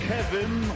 Kevin